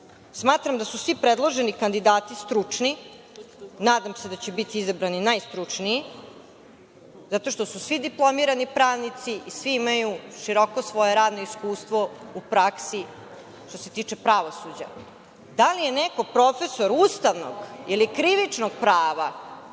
da su svi predloženi kandidati stručni, nadam se da će biti izabrani najstručniji zato što su svi diplomirani pravnici, svi imaju široko svoje radno iskustvo u praksi što se tiče pravosuđa. Da li je neko profesor ustavnog ili krivičnog prava,